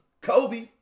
Kobe